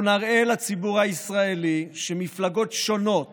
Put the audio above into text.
אנחנו נראה לציבור הישראלי שמפלגות שונות